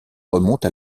remonte